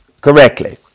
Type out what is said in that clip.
correctly